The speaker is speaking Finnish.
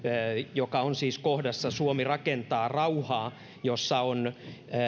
se on siis kohdassa suomi rakentaa rauhaa jossa on